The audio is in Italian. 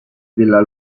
della